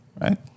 right